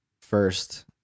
first